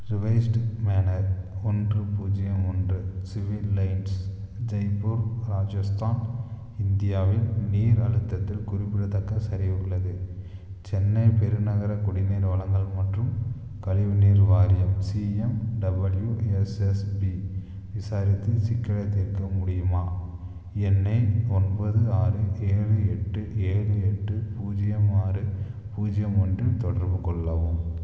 revised manor ஒன்று பூஜ்ஜியம் ஒன்று சிவில் லைன்ஸ் ஜெய்ப்பூர் ராஜஸ்தான் இந்தியாவில் நீர் அழுத்தத்தில் குறிப்பிடத்தக்க சரிவு உள்ளது சென்னை பெருநகர குடிநீர் வழங்கல் மற்றும் கழிவுநீர் வாரியம் சிஎம்டபள்யூஎஸ்எஸ்பி விசாரித்து சிக்கலைத் தீர்க்க முடியுமா என்னை ஒன்பது ஆறு ஏழு எட்டு ஏழு எட்டு பூஜ்ஜியம் ஆறு பூஜ்ஜியம் ஆறு பூஜ்ஜியம் ஒன்றில் தொடர்பு கொள்ளவும்